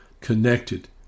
Connected